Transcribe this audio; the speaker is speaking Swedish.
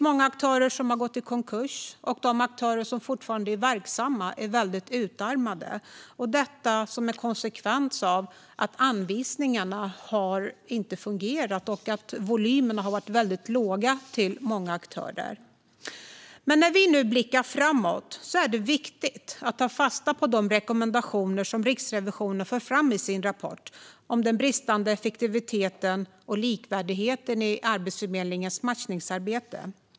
Många aktörer har gått i konkurs, och de aktörer som fortfarande är verksamma är utarmade. Det är en konsekvens av att anvisningarna inte har fungerat och av att volymerna till många aktörer har varit låga. När vi nu blickar framåt är det viktigt att ta fasta på de rekommendationer som Riksrevisionen för fram i sin rapport om den bristande effektiviteten och likvärdigheten i Arbetsförmedlingens matchningsarbete.